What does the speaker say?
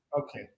okay